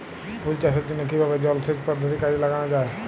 ফুল চাষের জন্য কিভাবে জলাসেচ পদ্ধতি কাজে লাগানো যাই?